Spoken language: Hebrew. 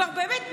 באמת,